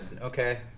Okay